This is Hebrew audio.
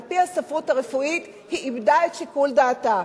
על-פי הספרות הרפואית היא איבדה את שיקול דעתה.